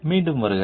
மீண்டும் வருக